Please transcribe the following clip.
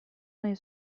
nahi